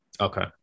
Okay